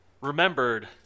remembered